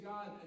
God